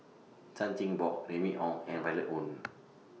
Chan Chin Bock Remy Ong and Violet Oon